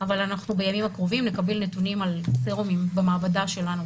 אבל אנחנו בימים הקרובים נקבל נתונים על סרומים במעבדה שלנו,